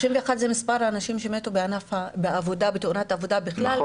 31 זה מספר האנשים שמתו בתאונות עבודה בכלל,